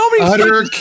utter